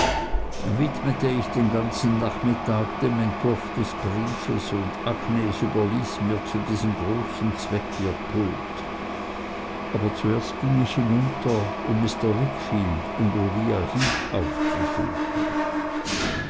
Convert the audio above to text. widmete ich den ganzen nachmittag dem entwurf des briefes und agnes überließ mir zu diesem großen zweck ihr pult aber zuerst ging ich hinunter um mr wickfield und uriah heep aufzusuchen